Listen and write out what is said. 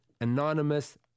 anonymous